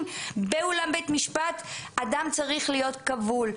באולם בית המשפט אדם צריך להיות כבול.